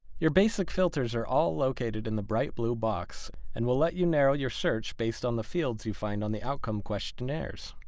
your basic filters are all located in the bright blue box and will let you narrow your search based on the fields you find on the outcomes questionnaires.